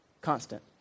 Constant